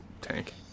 tank